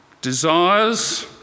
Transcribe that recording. desires